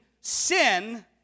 sin